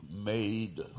made